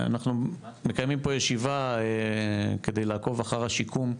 אנחנו מקיימים פה ישיבה כדי לעקוב אחר השיקום,